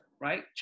Right